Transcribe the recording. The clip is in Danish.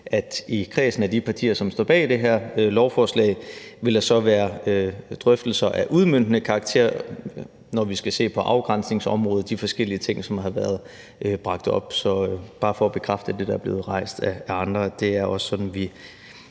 at i kredsen af de partier, som står bag det her lovforslag, vil der så være drøftelser af udmøntende karakter, når vi skal se på afgrænsningsområder og de forskellige ting, som har været bragt op. Så det er bare for at bekræfte, at det, der er blevet rejst af andre, også er sådan, vi